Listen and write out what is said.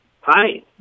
Hi